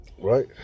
Right